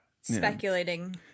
speculating